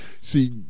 See